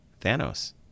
thanos